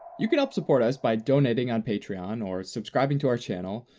you can help support us by donating on patreon, or subscribing to our channel,